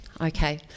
Okay